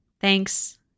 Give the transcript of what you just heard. thanks